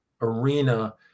arena